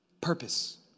purpose